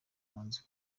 banze